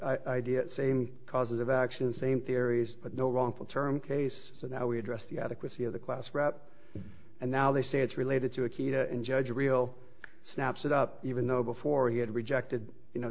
idea same causative action same theories but no wrongful term case so now we address the adequacy of the class rap and now they say it's related to akita and judge a real snap set up even though before he had rejected you know